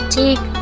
take